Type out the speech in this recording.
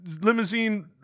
limousine